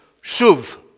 shuv